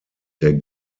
der